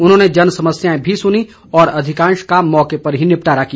उन्होंने जनसमस्याएं भी सुनी और अधिकांश का मौके पर ही निपटारा किया